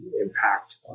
impact